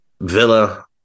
Villa